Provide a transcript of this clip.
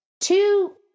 two